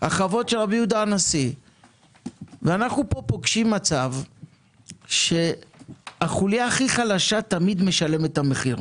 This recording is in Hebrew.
אנחנו פה פוגשים מצב שהחוליה הכי חלשה תמיד משלמת את המחיר.